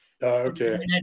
Okay